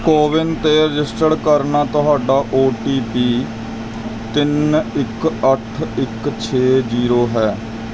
ਕੋਵਿਨ 'ਤੇ ਰਜਿਸਟਰਡ ਕਰਨਾ ਤੁਹਾਡਾ ਓ ਟੀ ਪੀ ਤਿੰਨ ਇੱਕ ਅੱਠ ਇੱਕ ਛੇ ਜੀਰੋ ਹੈ